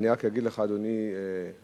ואני רק אגיד לך, אדוני היושב-ראש,